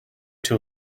too